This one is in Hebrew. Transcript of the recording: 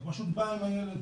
אתה פשוט בא עם הילד,